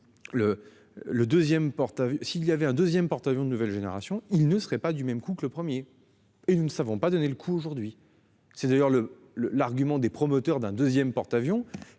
s'il y avait un 2ème porte-. Avions de nouvelle génération, il ne serait pas du même coup que le premier et nous ne savons pas donné le coup aujourd'hui. C'est d'ailleurs le le l'argument des promoteurs d'un 2ème porte-avions